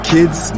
Kids